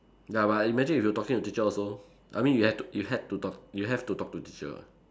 ya but imagine if you talking to your teacher also I mean you have to you had to ta~ you have to talk [what]